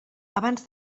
abans